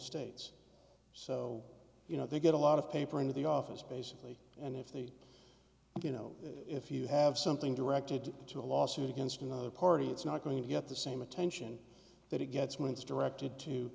states so you know they get a lot of paper into the office basically and if the you know if you have something directed to a lawsuit against another party it's not going to get the same attention that it gets once directed to